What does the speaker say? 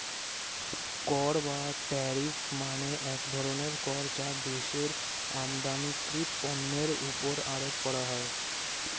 কর বা ট্যারিফ মানে এক ধরনের কর যা দেশের আমদানিকৃত পণ্যের উপর আরোপ করা হয়